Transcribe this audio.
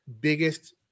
biggest